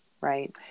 right